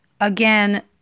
Again